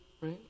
right